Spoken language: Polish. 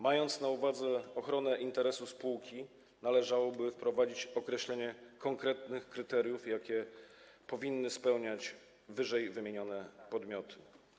Mając na uwadze ochronę interesu spółki, należałoby wprowadzić określenie konkretnych kryteriów, jakie powinny spełniać ww. podmioty.